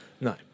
no